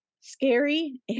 scary